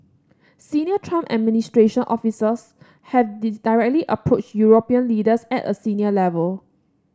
Senior Trump administration officials have this directly approached European leaders at a senior level